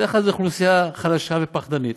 בדרך כלל זו אוכלוסייה חלשה ופחדנית,